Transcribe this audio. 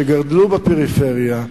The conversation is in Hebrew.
שגדלו בפריפריה,